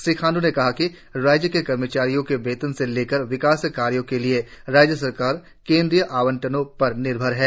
श्री खांड् ने कहा कि राज्य के कर्मचारियों के वेतन से लेकर विकास कार्यों के लिए राज्य सरकार केंद्रीय आवंटनों पर निर्भर है